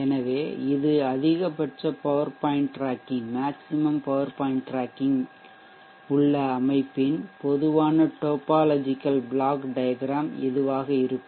எனவே இது அதிகபட்ச பவர் பாயிண்ட் டிராக்கிங் உள்ள அமைப்பின் பொதுவான டோப்பாலஜிகல் பிளாக் டயக்ராம் இதுவாக இருக்கும்